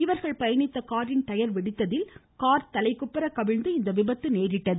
இவர்கள் பயணித்த காரின் டயர் வெடித்ததில் கார் தலைக்குப்புற கவிழ்ந்து இவ்விபத்து நேரிட்டது